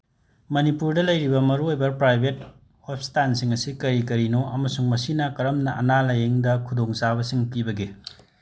ꯃꯅꯤꯄꯨꯔꯗ ꯂꯩꯔꯤꯕ ꯃꯔꯨꯑꯣꯏꯕ ꯄ꯭ꯔꯥꯏꯚꯦꯠ ꯍꯣꯁꯄꯤꯇꯥꯜꯁꯤꯡ ꯑꯁꯤ ꯀꯔꯤ ꯀꯔꯤꯅꯣ ꯑꯃꯁꯨꯡ ꯃꯁꯤꯅ ꯀꯔꯝꯅ ꯑꯅꯥ ꯂꯥꯌꯦꯡꯗ ꯈꯨꯗꯣꯡꯆꯥꯕꯁꯤꯡ ꯄꯤꯕꯒꯦ